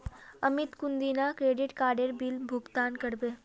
अमित कुंदिना क्रेडिट काडेर बिल भुगतान करबे